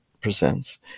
presents